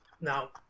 Now